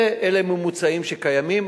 אלה הם ממוצעים שקיימים,